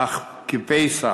אך כפסע